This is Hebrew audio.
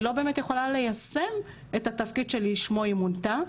היא לא באמת יכולה ליישם את התפקיד שלשמו היא מונתה.